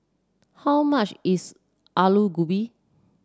how much is Alu Gobi